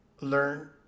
learn